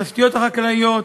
את התשתיות החקלאיות,